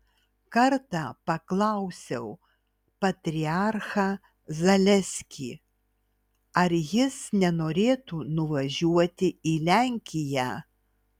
kartą paklausiau patriarchą zaleskį ar jis nenorėtų nuvažiuoti į lenkiją